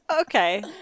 Okay